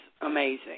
amazing